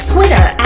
Twitter